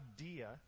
idea